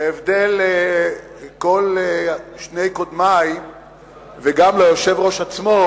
להבדיל משני קודמי וגם היושב-ראש עצמו,